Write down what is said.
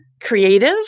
creative